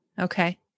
Okay